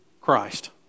Christ